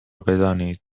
بدانید